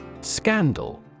Scandal